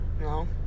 No